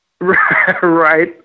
Right